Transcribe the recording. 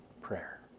prayer